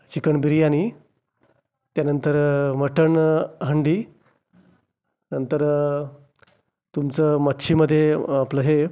chicken biryani त्यानंतर mutton handi नंतर तुमचं मच्छीमध्ये आपलं हे